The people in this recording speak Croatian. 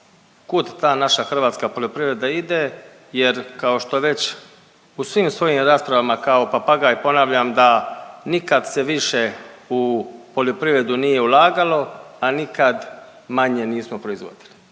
kud ta naša hrvatska poljoprivreda ide jer kao što već u svim svojim raspravama kao papagaj ponavljam da nikad se više u poljoprivredu nije ulagalo, a nikad manje nismo proizvodili.